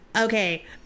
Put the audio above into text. Okay